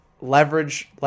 leverage